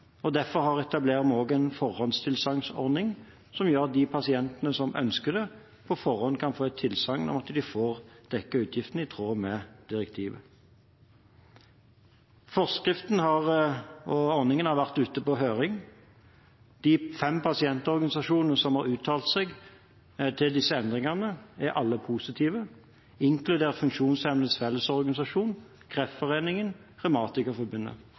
kostnadene. Derfor etablerer vi også en forhåndstilsagnsordning som gjør at de pasientene som ønsker det, på forhånd kan få et tilsagn om at de får dekket utgiftene i tråd med direktivet. Forskriften og ordningen har vært ute på høring. De fem pasientorganisasjonene som har uttalt seg til disse endringene, er alle positive, inkludert Funksjonshemmedes Fellesorganisasjon, Kreftforeningen